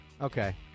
Okay